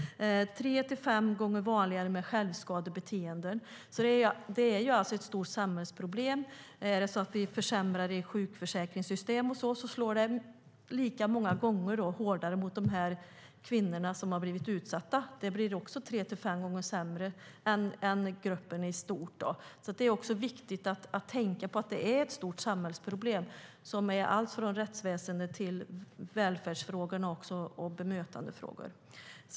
Självskadebeteenden är tre till fem gånger vanligare. Det är alltså ett stort samhällsproblem. Försämrade sjukförsäkringssystem slår ofta hårdare mot utsatta kvinnor. De mår också tre till fem gånger sämre jämfört med gruppen kvinnor i stort. Det är viktigt att tänka på att detta är ett stort samhällsproblem som gäller alltifrån rättsväsen till välfärdsfrågor och bemötandefrågor.